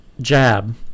jab